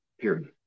period